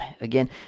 again